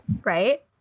right